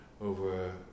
over